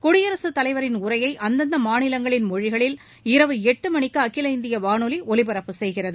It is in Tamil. குடியரசு தலைவரின் உரையை அந்தந்த மாநிலங்களின் மொழியில் இரவு எட்டு மணிக்கு அகில இந்திய வானொலி ஒலிபரப்பு செய்கிறது